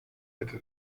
hätte